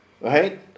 Right